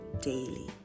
daily